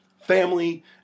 family